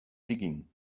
digging